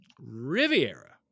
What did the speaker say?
Riviera